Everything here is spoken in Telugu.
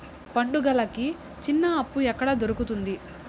పండుగలకి చిన్న అప్పు ఎక్కడ దొరుకుతుంది